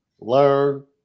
learn